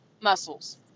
muscles